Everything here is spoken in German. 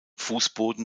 fußboden